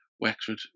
Wexford